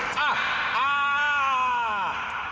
ah!